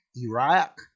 Iraq